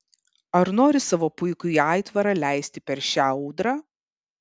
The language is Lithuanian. ar nori savo puikųjį aitvarą leisti per šią audrą